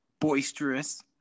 boisterous